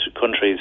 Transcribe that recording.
countries